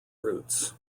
routes